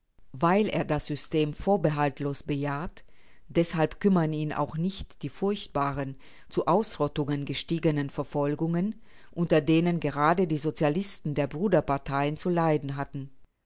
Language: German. weil er das system vorbehaltlos bejaht deshalb kümmern ihn auch nicht die furchtbaren zu ausrottungen gestiegenen verfolgungen unter denen gerade die sozialisten der bruderparteien zu leiden hatten